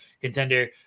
contender